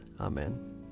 amen